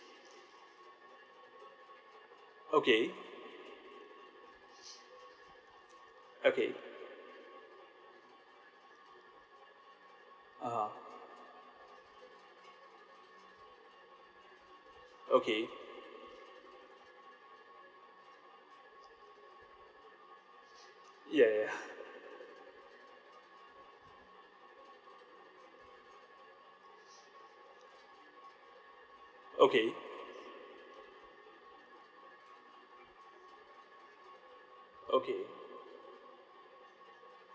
okay okay (uh huh) okay ya ya ya okay okay